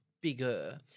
bigger